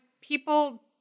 people